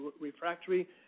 refractory